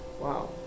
Wow